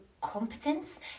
competence